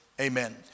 Amen